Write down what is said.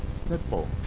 Simple